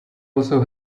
also